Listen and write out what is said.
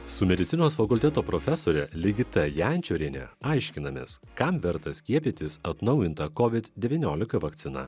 su medicinos fakulteto profesorė ligita jančorienė aiškinamės kam verta skiepytis atnaujintą covid devyniolika vakcina